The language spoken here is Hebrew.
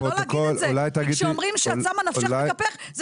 כי כשאומרים שאת שמה נפשך בכפך זה